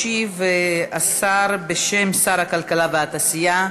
ישיב בשם שר הכלכלה והתעשייה,